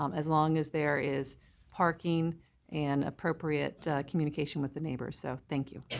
um as long as there is parking and appropriate communication with the neighbors. so thank you.